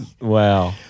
Wow